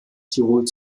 tirol